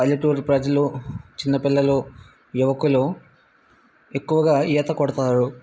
పల్లెటూరి ప్రజలు చిన్న పిల్లలు యువకులు ఎక్కువగా ఈత కొడతారు